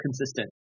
consistent